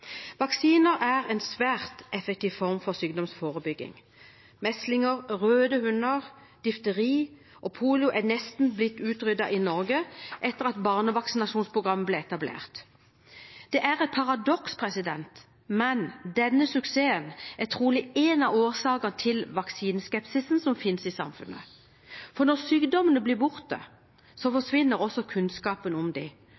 Vaksiner er en svært effektiv form for sykdomsforebygging. Meslinger, røde hunder, difteri og polio er nesten blitt utryddet i Norge etter at barnevaksinasjonsprogrammet ble etablert. Det er et paradoks, men denne suksessen er trolig en av årsakene til vaksineskepsisen som finnes i samfunnet – for når sykdommene blir borte,